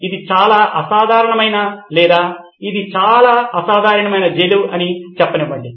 ఇది చాలా అసాధారణమైనది లేదా ఇది చాలా అసాధారణమైన జైలు అని చెప్పనివ్వండి